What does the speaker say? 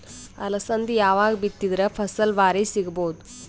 ಅಲಸಂದಿ ಯಾವಾಗ ಬಿತ್ತಿದರ ಫಸಲ ಭಾರಿ ಸಿಗಭೂದು?